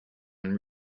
and